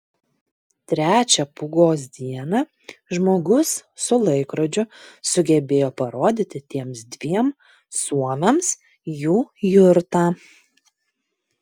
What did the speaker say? trečią pūgos dieną žmogus su laikrodžiu sugebėjo parodyti tiems dviem suomiams jų jurtą